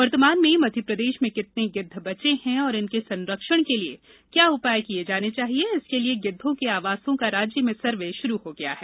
वर्तमान में मध्यप्रदेश में कितने गिद्ध बचे हैं और इनके संरक्षण के लिए क्या उपाय किए जाने चाहिए इसके लिए गिद्वों के आवासों का राज्य में सर्वे शुरू हो गया है